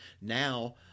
Now